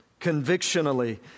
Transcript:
convictionally